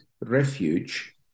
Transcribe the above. refuge